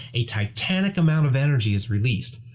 a titanic amount of energy is released.